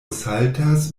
saltas